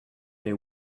they